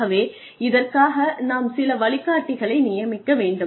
ஆகவே இதற்காக நாம் சில வழிகாட்டிகளை நியமிக்க வேண்டும்